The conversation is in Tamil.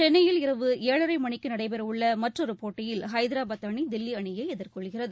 சென்னையில் இரவு ஏழரை மணிக்கு நடைபெறவுள்ள மற்றொரு போட்டியில் ஹைதராபாத் அணி தில்லி அணியை எதிர்கொள்கிறது